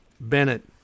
Bennett